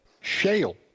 shale